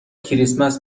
کریسمس